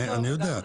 אני יודע,